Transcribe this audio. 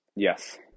Yes